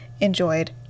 enjoyed